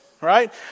right